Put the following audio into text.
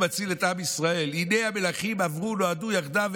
מציל את עם ישראל: "הנה המלכים נועדו עברו יחדָו,